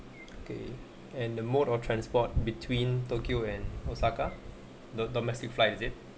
okay and the mode of transport between tokyo and osaka the domestic flight is it